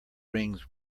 rings